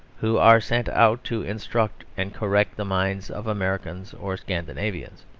who are sent out to instruct and correct the minds of americans or scandinavians.